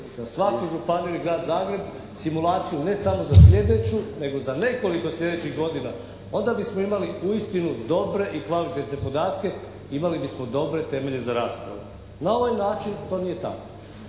za svaku županiju i Grad Zagreb. Stimulaciju ne samo za sljedeću nego za nekoliko sljedećih godina. Onda bismo imali uistinu dobre i kvalitetne podatke. Imali bismo dobre temelje za raspravu. Na ovaj način to nije tako.